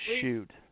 shoot